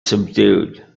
subdued